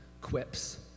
quips